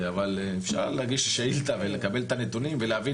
אבל אפשר להגיש שאילתה ולקבל את הנתונים ולהבין